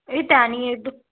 ਇਹ ਤਾਂ ਨਹੀਂ